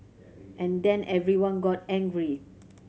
and then everyone got angry